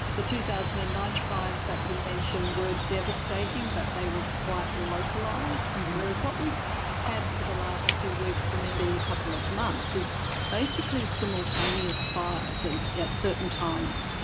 the two thousand and nine fires that you mention were devastating, but they were quite localized, whereas what we've had for the last few weeks and nearly and a couple of months is basically simultaneous fires and, yeah at certain times,